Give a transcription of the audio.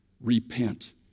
Repent